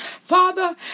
Father